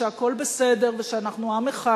שהכול בסדר ושאנחנו עם אחד?